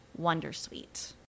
wondersuite